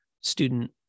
student